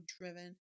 driven